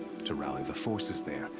to rally the forces there.